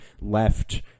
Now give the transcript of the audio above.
left